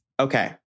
Okay